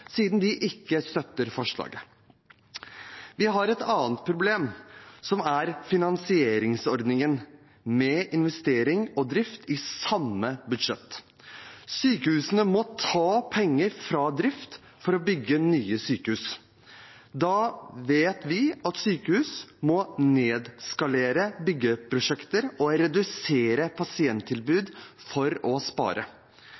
siden de ikke støtter forslaget. Vi har et annet problem, som er finansieringsordningen, med investering og drift i samme budsjett. Sykehusene må ta penger fra drift for å bygge nye sykehus. Da vet vi at sykehus må nedskalere byggeprosjekter og redusere